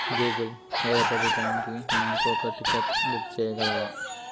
Google రేపటి ట్రైన్కి నాకు ఒక టికెట్ బుక్ చెయ్యగలవా